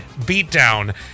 beatdown